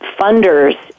funders